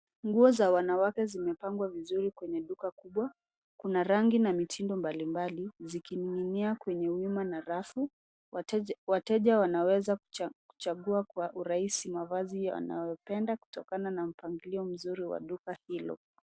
Nguo za wanawake zimepangwa vizuri kwenye duka kubwa. Kuna rangi na mitindo mbalimbali zikining'inia kwenye wima na rafu. Wateja wanaweza kuchagua kwa urahisi mavazi wanayopenda kutokana na mpangilio mzuri wa duka hilo.